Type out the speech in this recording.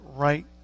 Right